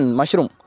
mushroom